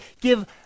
give